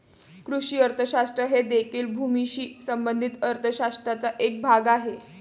कृषी अर्थशास्त्र हे देखील भूमीशी संबंधित अर्थ शास्त्राचा एक भाग आहे